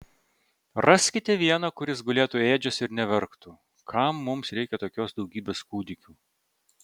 raskite vieną kuris gulėtų ėdžiose ir neverktų kam mums reikia tokios daugybės kūdikių